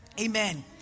Amen